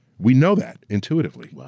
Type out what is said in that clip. we know that, intuitively.